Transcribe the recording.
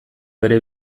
bere